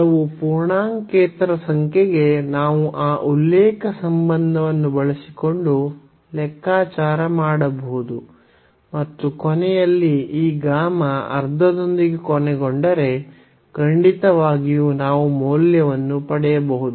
ಕೆಲವು ಪೂರ್ಣಾಂಕೇತರ ಸಂಖ್ಯೆಗೆ ನಾವು ಆ ಉಲ್ಲೇಖ ಸಂಬಂಧವನ್ನು ಬಳಸಿಕೊಂಡು ಲೆಕ್ಕಾಚಾರ ಮಾಡಬಹುದು ಮತ್ತು ಕೊನೆಯಲ್ಲಿ ಈ ಗಾಮಾ ಅರ್ಧದೊಂದಿಗೆ ಕೊನೆಗೊಂಡರೆ ಖಂಡಿತವಾಗಿಯೂ ನಾವು ಮೌಲ್ಯವನ್ನು ಪಡೆಯಬಹುದು